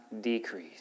decrease